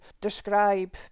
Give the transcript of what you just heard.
describe